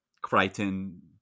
Crichton